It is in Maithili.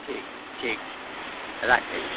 ठीक छै ठीक छै राखै छी